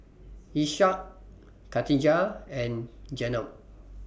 Ishak Katijah and Jenab